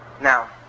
Now